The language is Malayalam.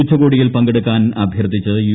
ഉച്ചകോടിയിൽ പങ്കെടുക്കാൻ അഭ്യർത്ഥിച്ച് യു